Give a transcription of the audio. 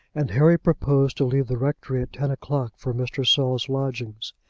and harry proposed to leave the rectory at ten o'clock for mr. saul's lodgings.